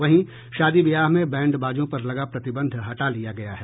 वहीं शादी व्याह में बैंड बाजों पर लगा प्रतिबंध हटा लिया गया है